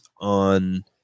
on –